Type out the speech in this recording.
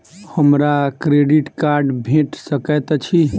हमरा credit card भेट सकैत अछि?